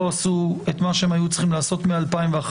עשו את מה שהם היו צריכים לעשות מ-2011,